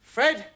Fred